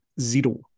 zero